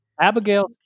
Abigail